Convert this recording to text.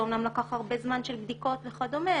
זה אמנם לקח הרבה זמן של בדיקות וכדומה,